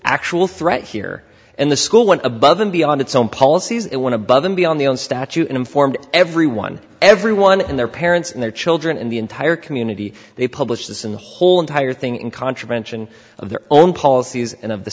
actual threat here and the school went above and beyond its own policies it one above and beyond the old statute and informed everyone everyone and their parents and their children and the entire community they publish this in the whole entire thing in contravention of their own policies and of the